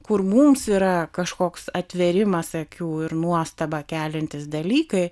kur mums yra kažkoks atvėrimas akių ir nuostabą keliantys dalykai